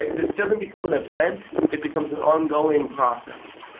this doesn't become an event. it becomes an ongoing process,